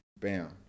Bam